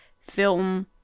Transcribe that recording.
film